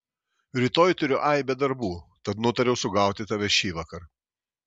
rytoj turiu aibę darbų tad nutariau sugauti tave šįvakar